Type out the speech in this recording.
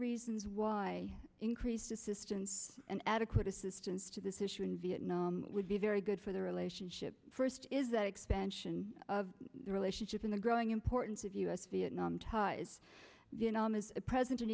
reasons why increased assistance and adequate assistance to this issue in vietnam would be very good for the relationship first is that expansion of the relationship in the growing importance of us vietnam ties the enormous present an